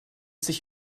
sich